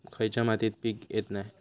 खयच्या मातीत पीक येत नाय?